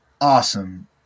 awesome